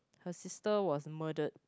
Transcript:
her sister was murdered